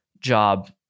job